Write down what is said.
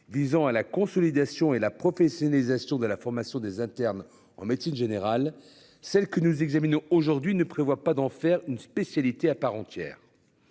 visant à la consolidation et la professionnalisation de la formation des internes en médecine générale, celle que nous examinons aujourd'hui ne prévoit pas d'en faire une spécialité à part entière.--